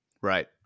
Right